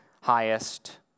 highest